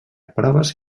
proves